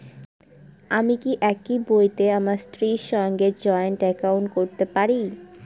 আমি কি একই বইতে আমার স্ত্রীর সঙ্গে জয়েন্ট একাউন্ট করতে পারি?